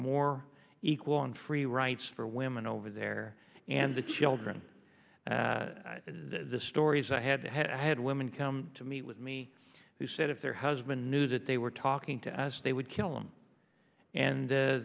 more equal and free rights for women over there and the children and the stories i had had i had women come to meet with me who said if their husband knew that they were talking to us they would kill him and